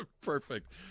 Perfect